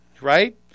right